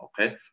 Okay